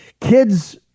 kids